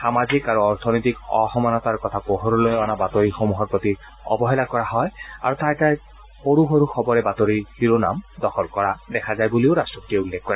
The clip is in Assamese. সামাজিক আৰু অৰ্থনৈতিক অসমানতাৰ কথা পোহৰলৈ অনা বাতৰিসমূহৰ প্ৰতি অৱহেলা কৰা হয় আৰু তাৰ ঠাইত সৰু সৰু খবৰে বাতৰিৰ শিৰোনাম দখল কৰা দেখা যায় বুলি ৰাট্টপতিয়ে উল্লেখ কৰে